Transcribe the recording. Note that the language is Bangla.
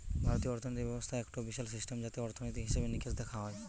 ভারতীয় অর্থিনীতি ব্যবস্থা একটো বিশাল সিস্টেম যাতে অর্থনীতি, হিসেবে নিকেশ দেখা হয়